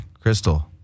crystal